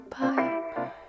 Bye